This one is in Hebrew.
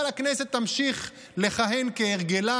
אבל הכנסת תמשיך לכהן כהרגלה,